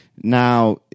Now